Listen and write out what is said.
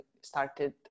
started